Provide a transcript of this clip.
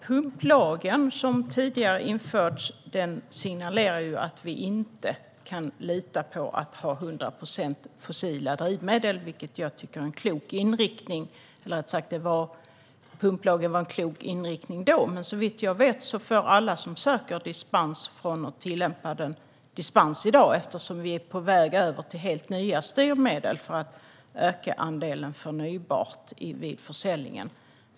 Pumplagen signalerar ju att vi inte kan lita på 100 procent fossila drivmedel, vilket jag tycker är en klok inriktning. Eller rättare sagt: Pumplagen var klok när den infördes, men såvitt jag vet beviljas alla ansökningar om dispens från den i dag eftersom vi är på väg över till helt nya styrmedel för att öka andelen förnybart vid försäljningen.